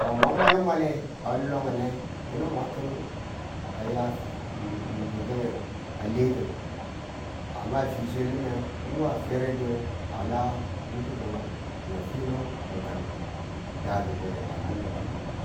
ka mwa mwallumwale ka longe nge yinu mwa tundu aya wu gi̱gang a letin amma we fiswe li̱me wu a fere di̱yang a lan wu gi̱gang nange nan finu ng ki̱n da ki̱ kan a lime mi bu.